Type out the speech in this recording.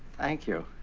thank you.